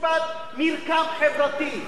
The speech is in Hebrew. מרקם חברתי.